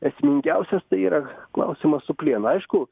esmingiausias tai yra klausimas su plienu aišku